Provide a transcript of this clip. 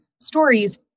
stories